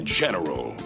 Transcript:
general